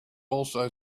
also